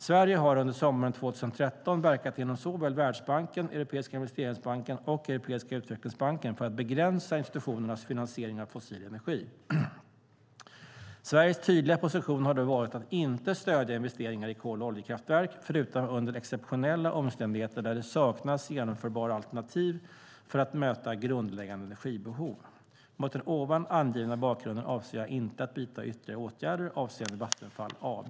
Sverige har under sommaren 2013 verkat inom såväl Världsbanken, Europeiska investeringsbanken som Europeiska utvecklingsbanken för att begränsa institutionernas finansiering av fossil energi. Sveriges tydliga position har då varit att inte stödja investeringar i kol och oljekraftverk, förutom under exceptionella omständigheter där det saknas genomförbara alternativ för att möta grundläggande energibehov. Mot den angivna bakgrunden avser jag inte att vidta ytterligare åtgärder avseende Vattenfall AB.